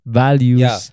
values